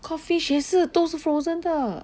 codfish 也是都是 frozen 的